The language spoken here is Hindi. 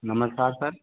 नमस्कार सर